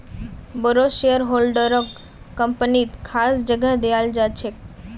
बोरो शेयरहोल्डरक कम्पनीत खास जगह दयाल जा छेक